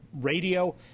radio